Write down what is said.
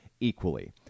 equally